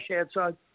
outside